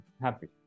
happy